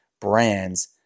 brands